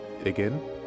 again